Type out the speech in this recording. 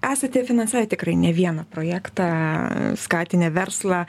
esate finansavę tikrai ne vieną projektą skatinę verslą